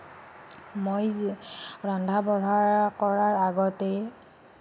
মই ৰন্ধা বঢ়া কৰাৰ আগতেই